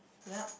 yup